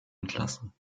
entlassen